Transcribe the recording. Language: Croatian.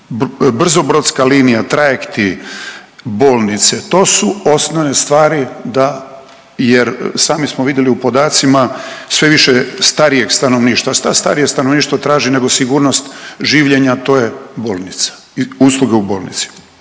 brzo brodska linija, trajekti, bolnice. To su osnovne stvari, jer sami smo vidjeli u podacima sve više starijeg stanovništva. Šta starije stanovništvo traži nego sigurnost življenja to je bolnica i usluge u bolnici.